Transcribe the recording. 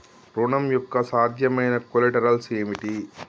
ఋణం యొక్క సాధ్యమైన కొలేటరల్స్ ఏమిటి?